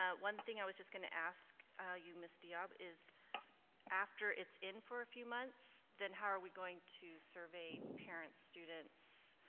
ah one thing i just going to ask you mrs. diab is after it's in for a few months then how are we going to survey parents, students?